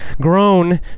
grown